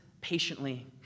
patiently